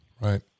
Right